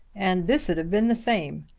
and this d've been the same.